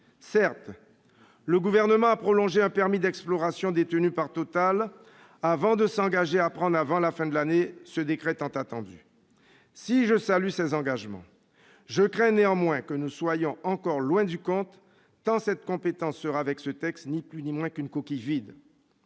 Certes, le Gouvernement a prolongé un permis d'exploration détenu par Total, avant de s'engager à prendre, d'ici à la fin de l'année, le décret tant attendu. Si je salue ces engagements, je crains néanmoins que nous soyons encore loin du compte, tant cette compétence ne sera plus qu'une coquille vide,